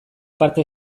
parte